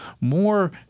more